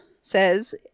says